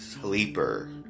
Sleeper